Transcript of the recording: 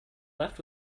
left